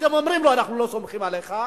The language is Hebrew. אתם אומרים לו: אנחנו לא סומכים עליך,